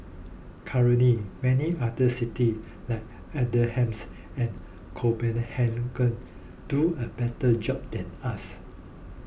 currently many other cities like Amsterdam and Copenhagen do a better job than us